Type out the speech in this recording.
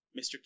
mr